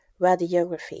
radiography